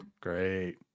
Great